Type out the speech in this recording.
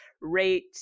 rate